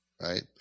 right